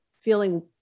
feeling